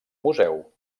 museu